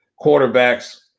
quarterbacks